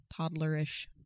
toddlerish